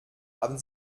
haben